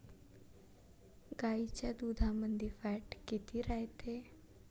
गाईच्या दुधामंदी फॅट किती रायते?